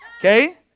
Okay